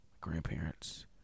grandparents